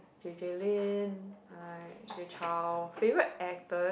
J J Lin like Jay Chou favorite actors